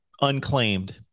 unclaimed